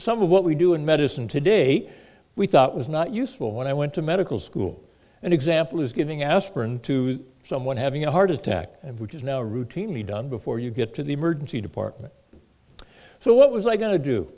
some of what we do in medicine today we thought was not useful when i went to medical school an example is giving aspirin to someone having a heart attack and which is now routinely done before you get to the emergency department so what was i go